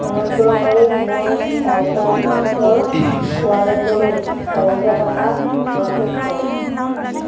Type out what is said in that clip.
অনুগ্ৰহ কৰি মোৰ চাইট্ৰাছৰ ৱালেটলৈ চাৰি হাজাৰ টকা প্ৰচেছ কৰক